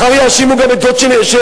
מחר יאשימו גם את זאת שנשרפה,